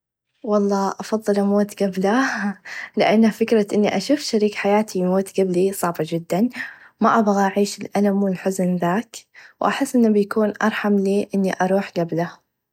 و الله أفظل أموت قبله لأن فكره إني أشوف شريك حياتي يموت قلبي صعبه چدا ما أبغى أعيش الألم و الحزن ذاك و أحس إنه بيكون أرحملي إني أروح قبله.